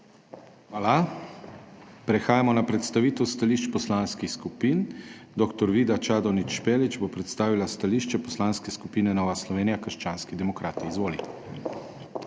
Hvala. Prehajamo na predstavitev stališč poslanskih skupin. Dr. Vida Čadonič Špelič bo predstavila stališče Poslanske skupine Nova Slovenija - krščanski demokrati. Izvoli.